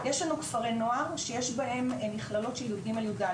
יש לנו כפרי נוער שיש בהם מכללות של יג'-יד',